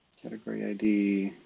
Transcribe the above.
category id.